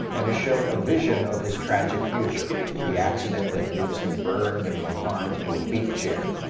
and is shown a vision of his tragic future the accident that leaves him burned and confined to a beep chair.